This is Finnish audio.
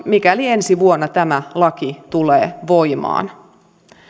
mikäli ensi vuonna tämä laki tulee voimaan